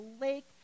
lake